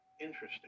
Interesting